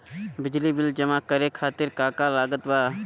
बिजली बिल जमा करे खातिर का का लागत बा?